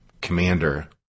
Commander